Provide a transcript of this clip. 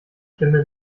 stimme